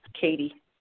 Katie